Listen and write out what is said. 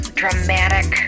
dramatic